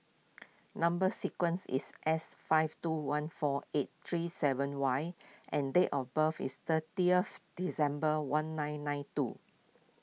Number Sequence is S five two one four eight three seven Y and date of birth is thirtieth December one nine nine two